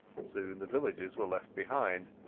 soon the villages were left behind,